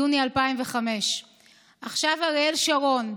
יוני 2005. עכשיו אריאל שרון: